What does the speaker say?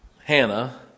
Hannah